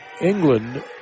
England